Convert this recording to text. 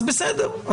אז בסדר.